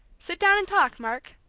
sit down and talk, mark,